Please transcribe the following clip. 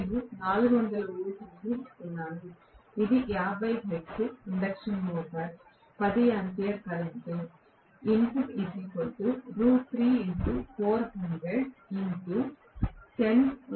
నేను 400 వోల్ట్లను ఇస్తున్నాను అది 50 hertz induction motor 10 ampere current